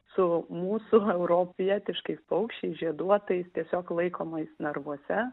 su mūsų europietiškais paukščiais žieduotais tiesiog laikomais narvuose